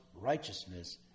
righteousness